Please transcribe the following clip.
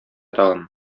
тагын